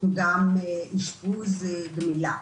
גם אישפוז לגמילה.